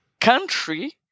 country